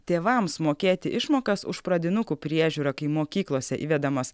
tėvams mokėti išmokas už pradinukų priežiūrą kai mokyklose įvedamas